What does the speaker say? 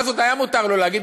אז עוד היה מותר לו להגיד,